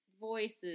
voices